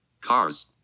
Car's